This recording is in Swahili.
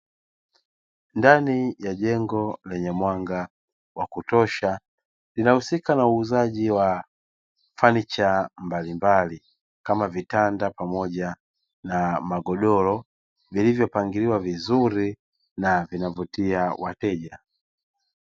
Ndani ya jengo lenye mwanga wa kutosha, linahusika na uuzaji wa fanicha mbalimbali kama vitanda pamoja na magodoro vilivyopangiliwa vizuri na vinavutia wateja.